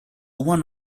one